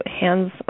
hands